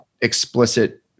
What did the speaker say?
explicit